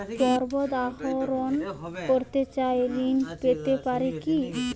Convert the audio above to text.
পর্বত আরোহণ করতে চাই ঋণ পেতে পারে কি?